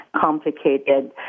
complicated